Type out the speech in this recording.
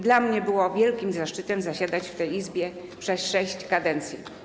Dla mnie wielkim zaszczytem było zasiadać w tej Izbie przez sześć kadencji.